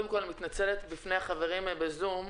קודם כול, אני מתנצלת בפני החברים בזום.